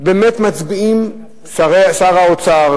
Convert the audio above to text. באמת מצביעים שר האוצר,